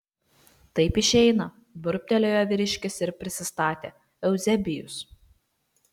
taip išeina burbtelėjo vyriškis ir prisistatė euzebijus